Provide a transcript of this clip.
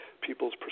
people's